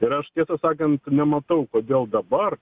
ir aš tiesą sakant nematau kodėl dabar